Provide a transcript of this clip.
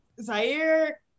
Zaire